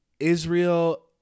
Israel